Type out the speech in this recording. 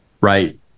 right